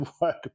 work